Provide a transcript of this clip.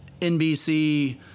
NBC